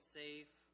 safe